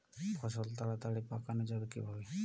ফসল তাড়াতাড়ি পাকানো যাবে কিভাবে?